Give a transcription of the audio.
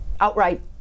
outright